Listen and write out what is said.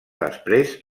després